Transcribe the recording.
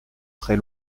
très